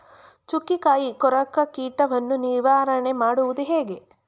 ಚುಕ್ಕಿಕಾಯಿ ಕೊರಕ ಕೀಟವನ್ನು ನಿವಾರಣೆ ಮಾಡುವುದು ಹೇಗೆ?